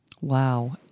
Wow